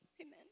Amen